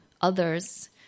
others